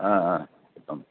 చెప్పండి